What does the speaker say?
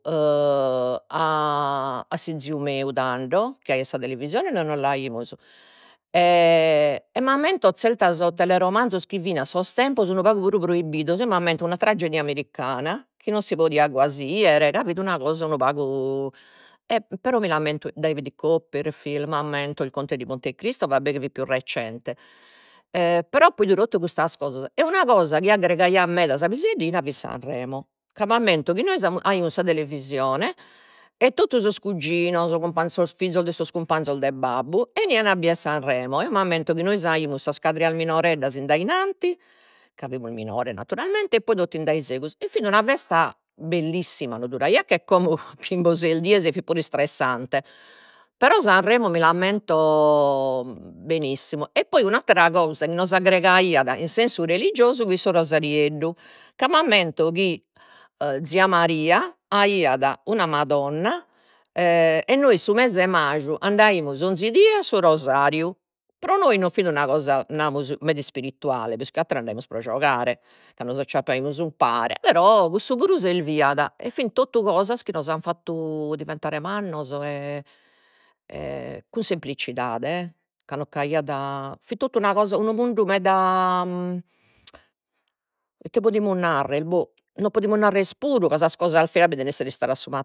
a se ziu meu tando. Chi aiat sa televisione e nois non l'aimus e m'ammento zertos teleromanzos chi fin a sos tempos unu pagu puru proibidios, eo m'ammento una tragedia americana, chi non si podiat quasi 'idere ca fit una cosa unu pagu, prò mi l'ammento David Copperfield, m'ammento il conte di Montecristo, va bè chi fit pius recente, però apo idu totu custas cosas, e una cosa chi aggregaiat meda sa piseddina fit Sanremo, ca m'ammento chi nois aimus sa televisione e totu sos cuginos, sos fizos de sos cumpanzos de babbu enian a bider Sanremo, eo m'ammento chi nois aimus sas cadreas minoreddas in dainanti, ca fimus minores naturalmente, e poi totu in daidegus, e fit una festa bellissima, non duraiat che como chimbe o ses dies e fit puru istressante, però Sanremo mi l'ammento benissimu, e poi un'attera cosa chi nos aggregaiat in sensu religiosu fit su rosarieddu, ca m'ammento chi zia Maria aiat una Madonna e nois su mese de maju andaimus 'onzi die a su rosariu, pro nois non fit una cosa namus meda ispirituale, pius che atteru andaimus pro giogare, ca nos acciappaimus umpare, però cussu puru serviat e fin totu cosas chi nos an fatu diventare mannos e cun semplicidade e, ca non ch'aiat, fit totu una cosa, unu mundu meda ite podimus narrere boh, non podimus narrer puru ca sas cosas feas bi ten'essere istadas su ma